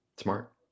Smart